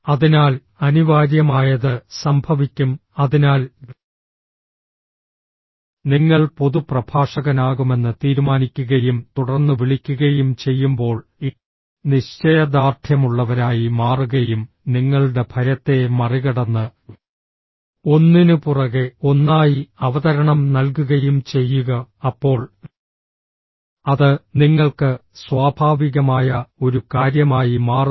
അതിനാൽ അനിവാര്യമായത് സംഭവിക്കും അതിനാൽ നിങ്ങൾ പൊതു പ്രഭാഷകനാകുമെന്ന് തീരുമാനിക്കുകയും തുടർന്ന് വിളിക്കുകയും ചെയ്യുമ്പോൾ നിശ്ചയദാർഢ്യമുള്ളവരായി മാറുകയും നിങ്ങളുടെ ഭയത്തെ മറികടന്ന് ഒന്നിനുപുറകെ ഒന്നായി അവതരണം നൽകുകയും ചെയ്യുക അപ്പോൾ അത് നിങ്ങൾക്ക് സ്വാഭാവികമായ ഒരു കാര്യമായി മാറുന്നു